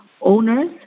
owners